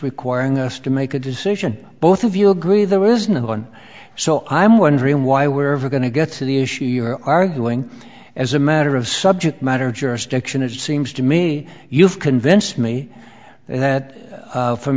requiring us to make a decision both of you agree there is no one so i'm wondering why we're going to get to the issue you're arguing as a matter of subject matter jurisdiction it seems to me you've convinced me then that from